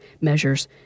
measures